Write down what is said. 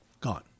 Gone